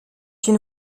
une